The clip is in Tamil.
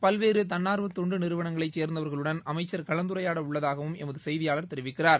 பல்வேறு தன்னார்வ தொண்டு நிறுவனங்களைச் சோந்தவர்களுடன் அமைச்சர் கலந்துரையாட உள்ளதாக எமது செய்தியாளர் தெரிவிக்கிறார்